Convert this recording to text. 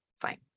fine